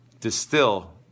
distill